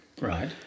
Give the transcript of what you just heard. Right